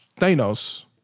Thanos